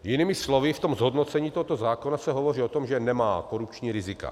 Jinými slovy, v zhodnocení tohoto zákona se hovoří o tom, že nemá korupční rizika.